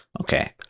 Okay